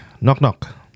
knock-knock